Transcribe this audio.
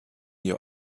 your